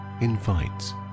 invites